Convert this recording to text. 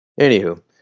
Anywho